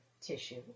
tissue